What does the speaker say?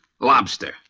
Lobster